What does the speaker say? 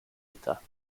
età